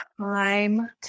time